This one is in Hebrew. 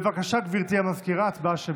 בבקשה, גברתי המזכירה, הצבעה שמית.